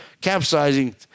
capsizing